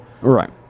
Right